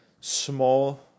small